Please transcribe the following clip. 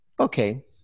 Okay